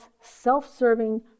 self-serving